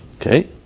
Okay